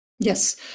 Yes